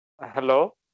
Hello